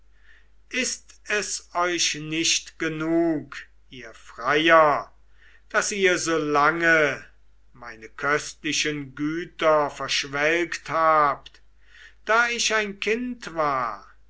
ist es euch nicht genug ihr freier daß ihr so lange meine köstlichen güter verschwelgt habt da ich ein kind war